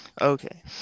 Okay